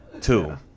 Two